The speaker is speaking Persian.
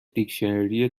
دیکشنری